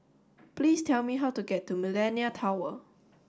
please tell me how to get to Millenia Tower